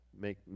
make